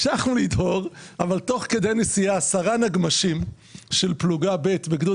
תוך כדי נסיעה 10 נגמ"שים של פלוגה ב' בגדוד